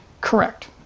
correct